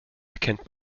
erkennt